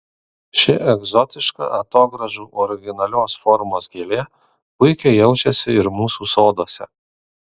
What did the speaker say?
ši egzotiška atogrąžų originalios formos gėlė puikiai jaučiasi ir mūsų soduose